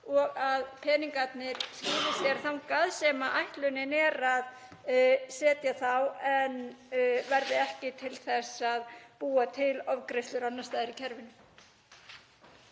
og að peningarnir skili sér þangað sem ætlunin er að setja þá en verði ekki til þess að búa til ofgreiðslur annars staðar í kerfinu.